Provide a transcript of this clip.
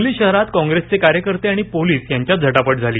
सांगली शहरात काँग्रेसचे कार्यकर्ते आणि पोलीस यांच्यात झटापट झाली